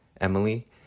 Emily